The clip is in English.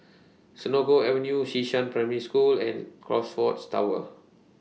Senoko Avenue Xishan Primary School and Crockfords Tower